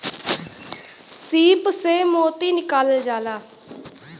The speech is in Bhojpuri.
सीप से मोती निकालल जाला